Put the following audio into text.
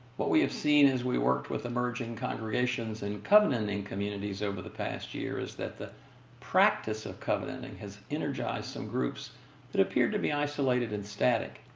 what we've seen as we worked with emerging conversations and covenanting communities over the past year is that the practice of covenanting has energized some groups that appeared to be isolated and static.